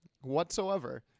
whatsoever